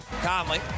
Conley